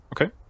Okay